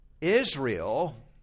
Israel